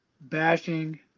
bashing